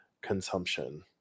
consumption